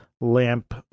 lamp